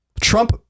Trump